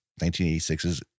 1986's